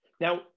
Now